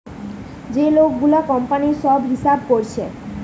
যে লোক গুলা কোম্পানির সব হিসাব কোরছে